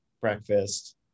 breakfast